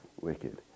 wicked